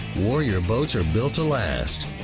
warrior boats are built to last!